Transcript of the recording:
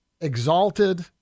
exalted